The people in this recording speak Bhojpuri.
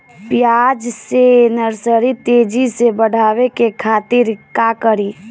प्याज के नर्सरी तेजी से बढ़ावे के खातिर का करी?